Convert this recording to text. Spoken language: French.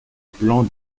plan